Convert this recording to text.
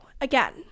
Again